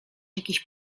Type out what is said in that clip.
jakiś